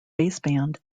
baseband